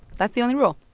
that's the only rule